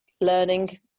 learning